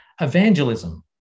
Evangelism